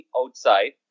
outside